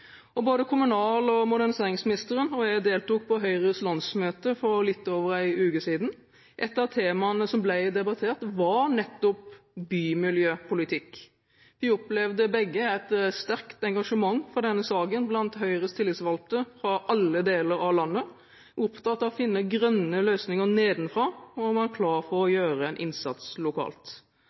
Både kommunal- og moderniseringsministeren og jeg deltok på Høyres landsmøte for litt over én uke siden. Ett av temaene som ble debattert, var nettopp bymiljøpolitikk. Vi opplevde begge et sterkt engasjement for denne saken blant Høyres tillitsvalgte fra alle deler av landet. Man var opptatt av å finne grønne løsninger nedenfra, og man var klar for å gjøre en innsats lokalt.